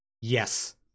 Yes